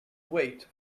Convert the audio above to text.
wait